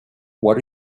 what